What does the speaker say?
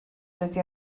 dydy